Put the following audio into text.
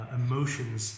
emotions